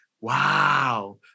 wow